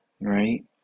Right